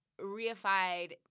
reified